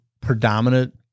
predominant